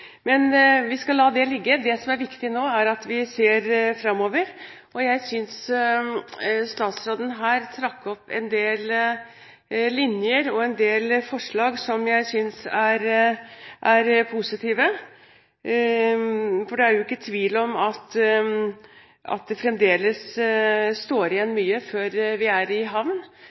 Men vi skal la det ligge. Det som er viktig nå, er at vi ser fremover. Jeg synes statsråden her trakk opp en del linjer og hadde en del forslag som er positive. Det er ikke tvil om at det fremdeles står igjen mye før vi er i havn.